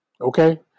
okay